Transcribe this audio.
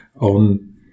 on